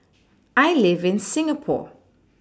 I live in Singapore